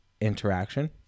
interaction